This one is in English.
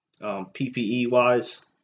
PPE-wise